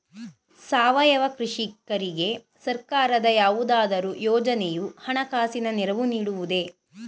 ಸಾವಯವ ಕೃಷಿಕರಿಗೆ ಸರ್ಕಾರದ ಯಾವುದಾದರು ಯೋಜನೆಯು ಹಣಕಾಸಿನ ನೆರವು ನೀಡುವುದೇ?